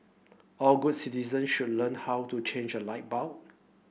all good citizen should learn how to change a light bulb